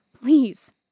Please